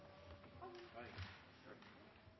han